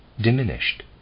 diminished